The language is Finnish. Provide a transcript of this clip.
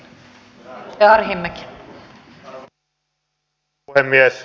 arvoisa rouva puhemies